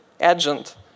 agent